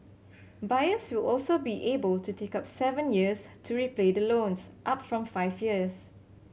buyers will also be able to take up seven years to repay the loans up from five years